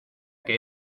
que